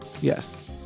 Yes